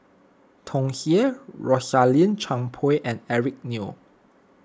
Tsung Yeh Rosaline Chan Pang and Eric Neo